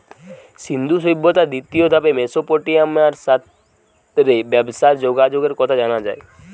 সিন্ধু সভ্যতার দ্বিতীয় ধাপে মেসোপটেমিয়ার সাথ রে ব্যবসার যোগাযোগের কথা জানা যায়